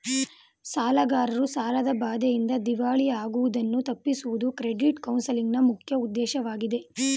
ಸಾಲಗಾರರು ಸಾಲದ ಬಾಧೆಯಿಂದ ದಿವಾಳಿ ಆಗುವುದನ್ನು ತಪ್ಪಿಸುವುದು ಕ್ರೆಡಿಟ್ ಕೌನ್ಸಲಿಂಗ್ ನ ಮುಖ್ಯ ಉದ್ದೇಶವಾಗಿದೆ